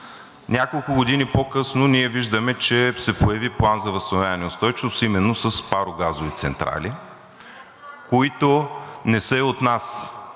Няколко години по-късно ние виждаме, че се появи План за възстановяване и устойчивост именно с парогазови централи, които не са и от нас.